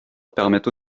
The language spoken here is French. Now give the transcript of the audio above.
permettent